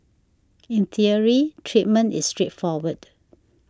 in theory treatment is straightforward